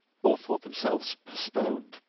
all thought themselves postponed,